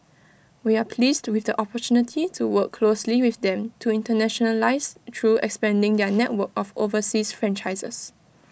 we are pleased with the opportunity to work closely with them to internationalise through expanding their network of overseas franchisees